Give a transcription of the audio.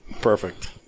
perfect